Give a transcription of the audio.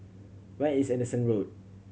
where is Anderson Road